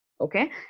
Okay